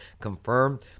confirmed